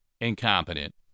incompetent